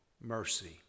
mercy